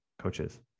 coaches